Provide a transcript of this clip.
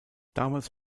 damals